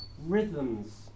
rhythms